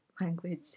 language